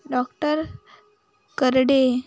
doctor Karde